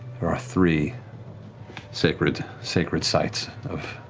three sacred sacred sites of